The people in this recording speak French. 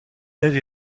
elle